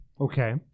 Okay